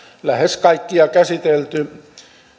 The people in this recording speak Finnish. käsitelty